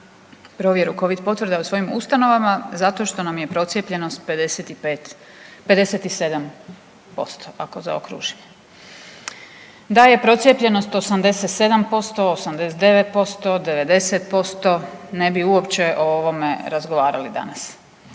provjeru covid potvrda u svojim ustanovama zato što nam je procijepljenost 55, 57% ako zaokružimo. Da je procijepljenost 87%, 89%, 90% ne bi uopće o ovome razgovarali danas,